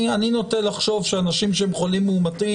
אני נוטה לחשוב שאנשים שהם חולים מאומתים